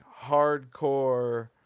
hardcore